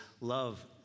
love